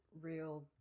real